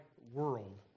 world